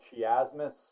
chiasmus